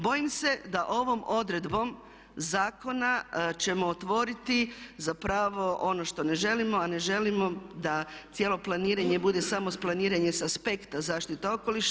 Bojim se da ovom odredbom zakona ćemo otvoriti zapravo ono što ne želimo a ne želimo da cijelo planiranje bude samo planiranje s aspekta zaštite okoliša.